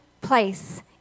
place